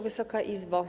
Wysoka Izbo!